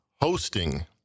hosting